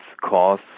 cause